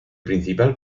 principal